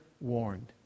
warned